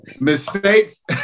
mistakes